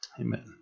Amen